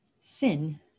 Sin